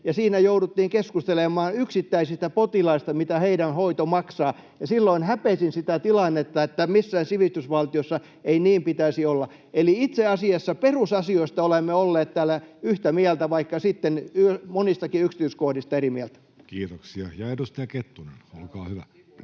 siinä jouduttiin keskustelemaan yksittäisistä potilaista, mitä heidän hoitonsa maksaa, ja silloin häpesin sitä tilannetta, sillä missään sivistysvaltiossa ei niin pitäisi olla. Eli itse asiassa perusasioista olemme olleet täällä yhtä mieltä, vaikka sitten monistakin yksityiskohdista eri mieltä. Kiitoksia. — Edustaja Kettunen, olkaa hyvä.